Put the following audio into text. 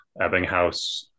Ebbinghaus